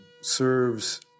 serves